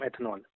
ethanol